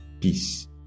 Peace